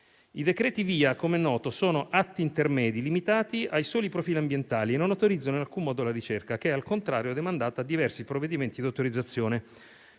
I decreti VIA, come noto, sono atti intermedi limitati ai soli profili ambientali e non autorizzano in alcun modo la ricerca, che è al contrario demandata a diversi provvedimenti di autorizzazione,